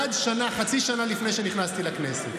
עד חצי שנה לפני שנכנסתי לכנסת.